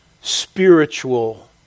spiritual